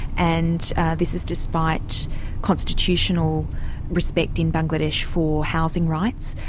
and this is despite constitutional respect in bangladesh for housing rights.